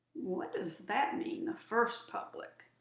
what does that mean, the first public?